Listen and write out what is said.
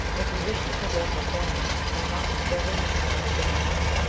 if we wish to preserve the family we must revolutionize the nation.